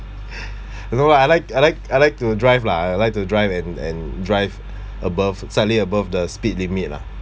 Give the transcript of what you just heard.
I don't know lah like I like I like to drive lah I like to drive and and drive above suddenly above the speed limit lah